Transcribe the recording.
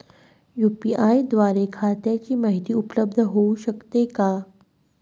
UPI द्वारे खात्याची माहिती उपलब्ध होऊ शकते का?